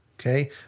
okay